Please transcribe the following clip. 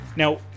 Now